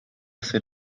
ser